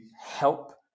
help